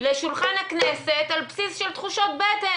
לשולחן הכנסת על בסיס של תחושות בטן.